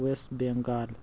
west Bengal